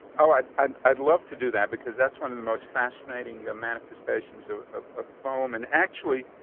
so i'd and i'd love to do that because that's one of the most fascinating manifestations of ah ah foam. and actually,